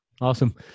Awesome